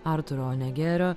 artūro honegerio